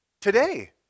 today